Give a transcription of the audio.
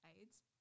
AIDS